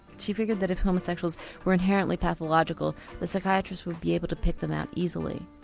she figured that if homosexuals were inherently pathological the psychiatrists would be able to pick them out easily.